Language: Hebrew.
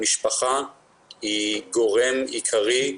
המשפחה היא גורם עיקרי.